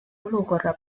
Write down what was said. olukorra